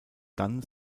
dann